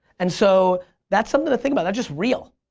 and so that's something to think about, that's just real.